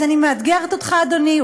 אז אני מאתגרת אותך, אדוני.